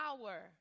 power